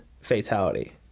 fatality